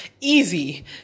easy